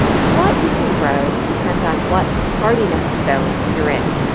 what you can grow depends on what hardiness zone you're in,